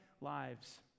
lives